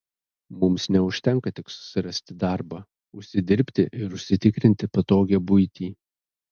mums neužtenka tik susirasti darbą užsidirbti ir užsitikrinti patogią buitį